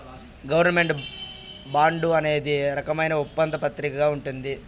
government bond అనేది రకమైన ఒప్పంద పత్రంగా ఉంటది